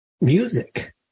music